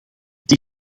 het